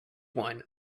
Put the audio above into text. one